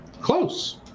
Close